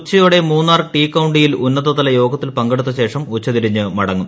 ഉച്ചയോടെ മൂന്നാർ ടീ കൌണ്ടിയിൽ ഉന്നതതല യോഗത്തിൽ പങ്കെടുത്തശേഷം മടങ്ങും